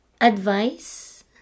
Advice